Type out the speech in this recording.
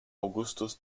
augustus